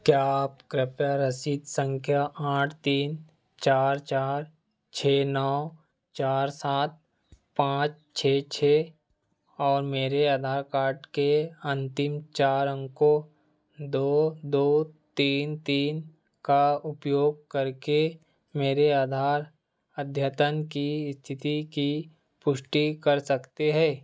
क्या आप कृपया रसीद संख्या आठ तीन चार चार छः नौ चार सात पाँच छः छः और मेरे आधार कार्ड के अंतिम चार अंकों दो दो तीन तीन का उपयोग करके मेरे आधार अद्यतन की स्थिति की पुष्टि कर सकते हैं